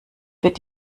wird